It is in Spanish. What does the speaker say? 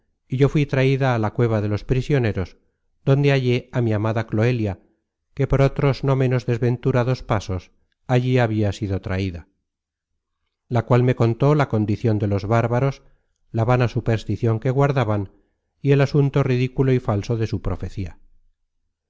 y yo fui traida á la cueva de los prisioneros donde hallé á mi amada cloelia que por otros no ménos desventurados pasos allí habia sido traida la cual me contó la condicion de los bárbáros la vana supersticion que guardaban y el asunto ridículo y falso de su profecía